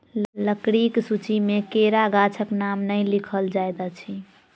लकड़ीक सूची मे केरा गाछक नाम नै लिखल जाइत अछि